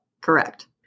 Correct